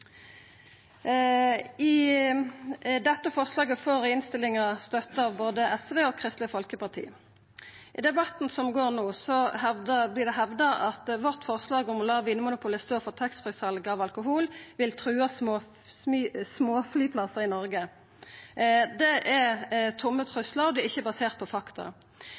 vurderes.» Dette forslaget får i innstillinga støtte av både SV og Kristeleg Folkeparti. I debatten som går no, vert det hevda at vårt forslag om å la Vinmonopolet stå for taxfree-salet av alkohol vil trua småflyplassar i Noreg. Det er tomme truslar, og dei er ikkje baserte på fakta.